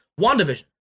WandaVision